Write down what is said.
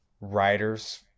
writers